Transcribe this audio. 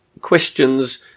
questions